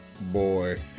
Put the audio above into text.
Boy